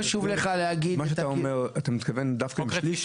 אתה מתכוון דווקא לשליש?